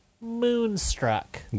Moonstruck